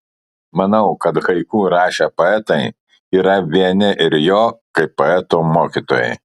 manau kad haiku rašę poetai yra vieni ir jo kaip poeto mokytojai